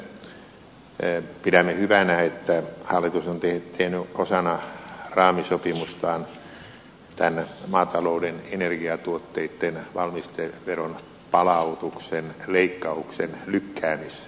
tietysti sinänsä pidämme hyvänä että hallitus on tehnyt osana raamisopimustaan tämän maatalouden energiatuotteitten valmisteveron palautuksen leikkauksen lykkäämisratkaisun